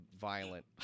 violent